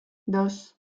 dos